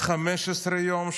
15 יום,